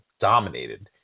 dominated